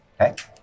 Okay